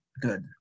good